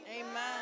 Amen